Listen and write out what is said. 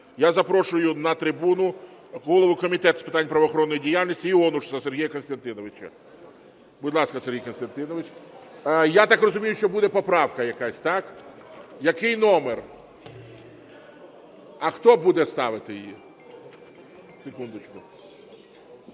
Я запрошую на трибуну голову Комітету з питань правоохоронної діяльності Іонушаса Сергія Костянтиновича. Будь ласка, Сергій Костянтинович. Я так розумію, що буде поправка якась, так? Який номер? А хто буде ставити її? Секундочку.